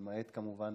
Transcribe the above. למעט כמובן